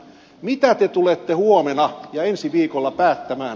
mitä te tulette huomenna ja ensi viikolla päättämään